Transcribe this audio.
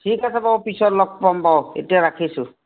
ঠিক আছে বাৰু পিছত লগ পাম বাৰু এতিয়া ৰাখিছোঁ